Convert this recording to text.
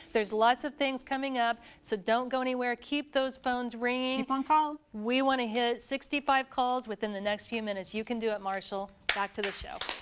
there's lots of things coming up. so don't go anywhere. keep those phones ringing. um we want to hit sixty five calls within the next few minutes. you can do it, marshall. back to the show.